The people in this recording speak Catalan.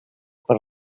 per